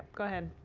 go ahead.